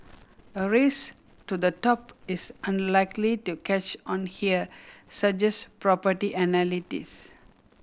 a race to the top is unlikely to catch on here suggest property analysts